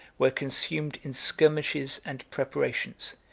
were consumed in skirmishes and preparations,